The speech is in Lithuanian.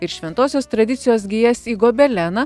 ir šventosios tradicijos gijas į gobeleną